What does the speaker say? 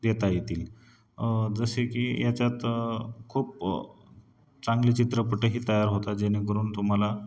देता येतील जसे की याच्यात खूप चांगले चित्रपटही तयार होतात जेणेकरून तुम्हाला